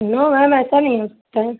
نو ma'am ایسا نہیں ہو سکتا ہے